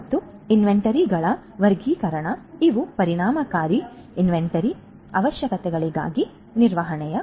ಮತ್ತು ಇನ್ವೆಂಟರಿಗಳ ವರ್ಗೀಕರಣ ಇವು ಪರಿಣಾಮಕಾರಿ ಇನ್ವೆಂಟರಿ ಅವಶ್ಯಕತೆಗಳಾಗಿವೆ ನಿರ್ವಹಣೆಯ